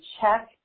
check